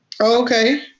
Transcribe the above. Okay